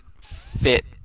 fit